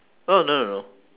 oh no no no